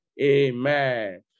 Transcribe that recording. Amen